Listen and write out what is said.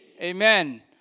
Amen